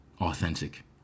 authentic